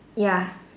ya